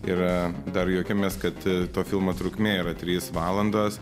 ir dar juokėmės kad to filmo trukmė yra trys valandos